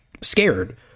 scared